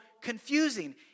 confusing